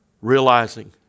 Realizing